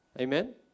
Amen